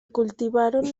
cultivaron